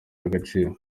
agaciro